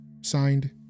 Signed